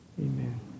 Amen